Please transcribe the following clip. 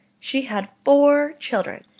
she had four children,